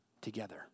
together